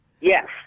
Yes